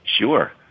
Sure